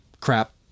crap